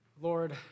Lord